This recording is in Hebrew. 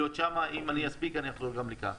אם אני אספיק אני אחזור גם לכאן.